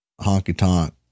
honky-tonk